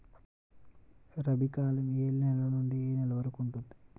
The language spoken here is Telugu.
రబీ కాలం ఏ నెల నుండి ఏ నెల వరకు ఉంటుంది?